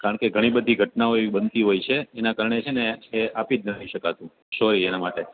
કારણ કે ઘણી બધી ઘટનાઓ એવી બનતી હોય છે એના કારણે છે ને એ આપી જ નથી શકાતું સોરી એના માટે